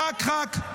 ח"כ-ח"כ,